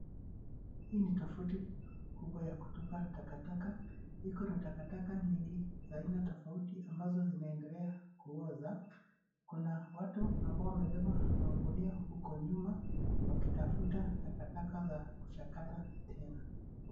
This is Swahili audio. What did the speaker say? Hii ni tafuti kubwa ya kututpa takataka. Iko na takataka nyingi za aina tofauti ambazo zinaendelea kuoza. Kuna watu ambao wamebeba magunia huko nyuma wakitafuta takataka za kuchakata tena.